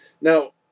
Now